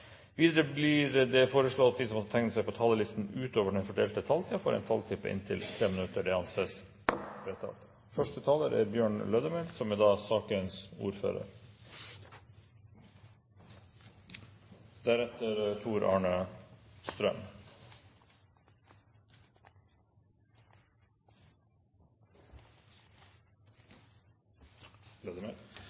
Videre blir det foreslått at de som måtte tegne seg på talerlisten utover den fordelte taletid, får en taletid på inntil 3 minutter. – Det anses vedtatt. En stabil og sikker forsyning av kraft er helt sentralt – både for husholdninger og for næringslivet. For Arbeiderpartiet og regjeringen er